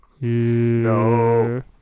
No